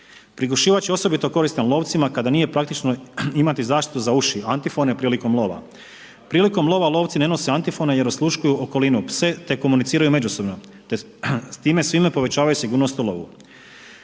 Prigušivač je osobito koristan lovcima kada nije praktično imati zaštitu za uši, antifone prilikom lova. Prilikom lova lovci ne nose antifone jer osluškuju okolinu, pse te komuniciraju međusobno te s time svima povećavaju sigurnost u lovu.